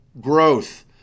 growth